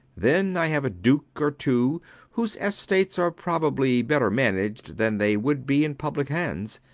then i have a duke or two whose estates are probably better managed than they would be in public hands.